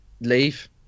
leave